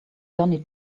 donny